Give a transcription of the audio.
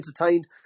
entertained